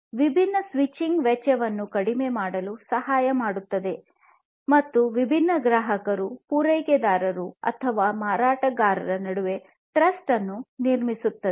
ಇದು ಸ್ವಿಚಿಂಗ್ ವೆಚ್ಚವನ್ನು ಕಡಿಮೆ ಮಾಡಲು ಸಹಾಯ ಮಾಡುತ್ತದೆ ಮತ್ತು ವಿಭಿನ್ನ ಗ್ರಾಹಕರು ಪೂರೈಕೆದಾರರು ಅಥವಾ ಮಾರಾಟಗಾರರ ನಡುವೆ ಟ್ರಸ್ಟ್ ಅನ್ನು ನಿರ್ಮಿಸುತ್ತದೆ